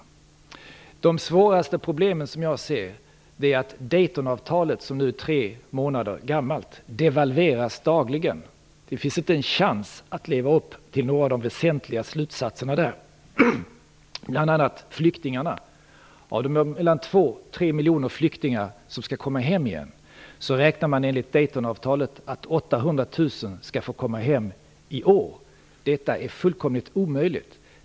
Ett av de svåraste problemen som jag ser det är Daytonavtalet, som nu är tre månader gammalt, devalveras dagligen. Det finns inte en chans att leva upp till några av de väsentliga slutsatserna i avtalet. Det gäller bl.a. flyktingarna. Av de 2 eller 3 miljoner flyktingar som skall komma hem igen räknar man i Daytonavtalet med att 800 000 skall få komma hem i år. Detta är fullkomligt omöjligt.